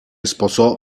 sposò